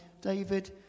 David